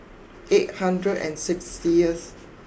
eight hundred and six